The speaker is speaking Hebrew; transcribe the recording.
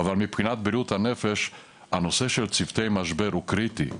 אבל מבחינת בריאות הנפש הנושא של צוותי משבר הוא קריטי.